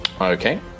Okay